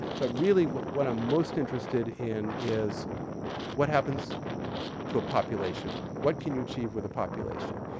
but really what what i'm most interested in is what happens to a population. what can you achieve with a population?